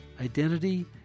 identity